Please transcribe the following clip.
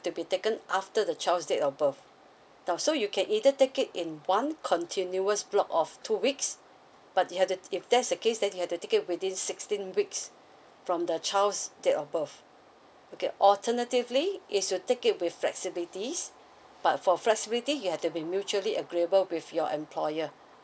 to be taken after the child's date of birth now so you can either take it in one continuous block of two weeks but you have to if that's the case then you have to take it within sixteen weeks from the child's date of birth okay alternatively is you take it with flexibilities but for flexibility you have to be mutually agreeable with your employer